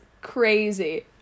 crazy